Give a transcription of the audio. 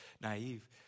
naive